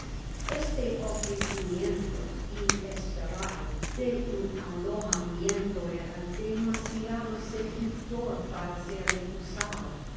este ofrecimiento inesperado de un alojamiento era demasiado seductor para ser